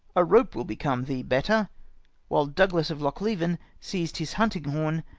a rope will become thee better while douglas of lochleven seized his hunting-horn,